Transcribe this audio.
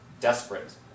desperate